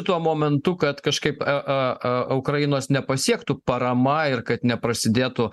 tuo momentu kad kažkaip a a a ukrainos nepasiektų parama ir kad neprasidėtų